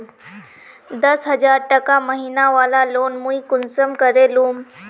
दस हजार टका महीना बला लोन मुई कुंसम करे लूम?